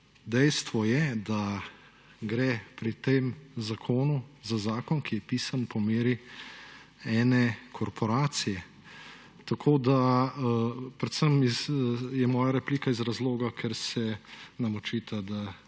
dejstvo je, da gre pri tem zakonu za zakon, ki je pisan po meri ene korporacije. Tako da, predvsem je moja replika iz razloga, ker se nam očita, da